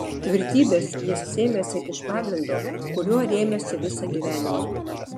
tvirtybės jis sėmėsi iš pagrindo kuriuo rėmėsi visą gyvenimą